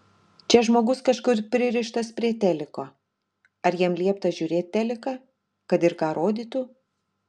čia žmogus kažkur pririštas prie teliko ar jam liepta žiūrėt teliką kad ir ką rodytų